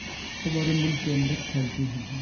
ہمارے ملک کے اندر پھیلتی ہیں